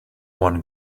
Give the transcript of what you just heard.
one